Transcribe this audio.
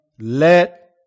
let